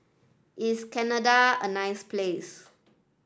is Canada a nice place